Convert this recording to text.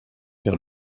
vers